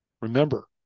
Remember